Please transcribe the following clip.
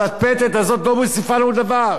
הפטפטת הזאת לא מוסיפה לנו דבר.